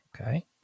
okay